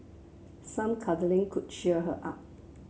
some cuddling could cheer her up